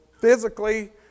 physically